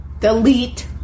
delete